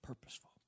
Purposeful